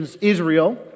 Israel